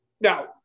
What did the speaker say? Now